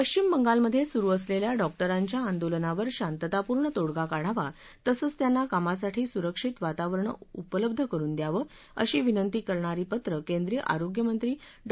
पश्विम बंगालमध्ये सुरू असलेल्या डॉक्टरांच्या आंदोलनावर शांततापूर्ण तोडगा काढावा तसंच त्यांना कामासाठी सुरक्षित वातावरण उपलब्ध करून द्यावं अशी विनंती करणारं पत्र केंद्रीय आरोग्यमंत्री डॉ